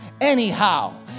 anyhow